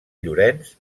llorenç